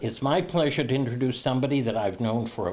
it's my pleasure to introduce somebody that i've known for a